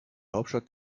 hauptstadt